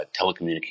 telecommunications